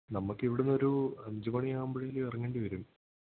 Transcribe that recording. നമുക്ക് ഇവിടന്നൊരു അഞ്ച് മണിയാവുമ്പോഴേലും ഇറങ്ങേണ്ടി വരും